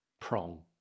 prong